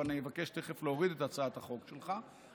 ואני אבקש תכף להוריד את הצעת החוק שלך.